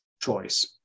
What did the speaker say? choice